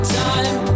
time